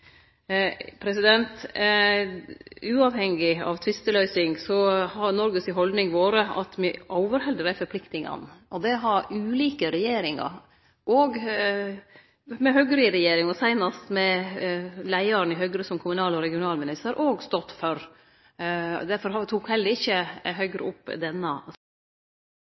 Uavhengig av tvisteløysing har Noreg si haldning vore at me overheld dei forpliktingane. Det har ulike regjeringar, òg med Høgre i regjering, og seinast med leiaren i Høgre som kommunal- og regionalminister, stått for. Høgre tok heller ikkje opp denne